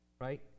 right